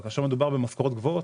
אבל כאשר מדובר במשכורות גבוהות,